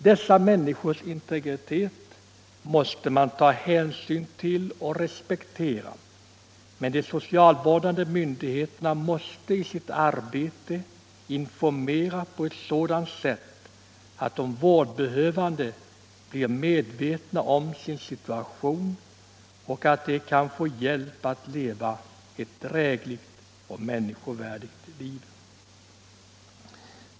Dessa människors integritet måste man ta hänsyn till och respektera, men de socialvårdande myndigheterna måste i sitt arbete informera på ett sådant sätt att de vårdbehövande blir medvetna om sin situation och att de kan få hjälp att leva ett drägligt och människovärdigt liv.